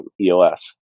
EOS